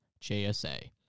JSA